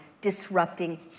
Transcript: disrupting